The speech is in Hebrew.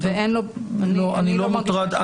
לא, אני לא מוטרד.